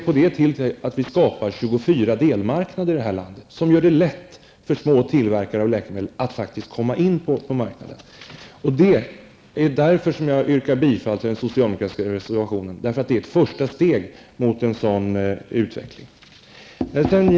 På det viset skapas 24 delmarknader här i landet, som gör det lätt för små tillverkare av läkemedel att komma in på marknaden. Det är därför som jag yrkar bifall till den socialdemokratiska reservationen, som utgör ett första steg mot en sådan utveckling.